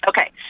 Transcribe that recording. okay